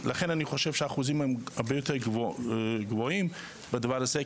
לכן אני חושב שהאחוזים הם הרבה יותר גבוהים בדבר הזה,